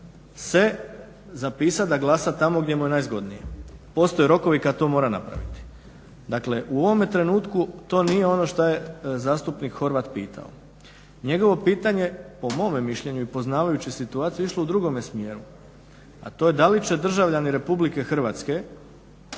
se zapisati da glasa tamo gdje mu je najzgodnije. Postoje rokovi kada to mora napraviti. Dakle u ovome trenutku to nije ono što je zastupnik Horavat pitao. Njegovo pitanje po mom mišljenju i poznavajući situaciju išlo i drugome smjeru, a to je da li će državljani RH vjerujem